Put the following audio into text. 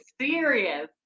serious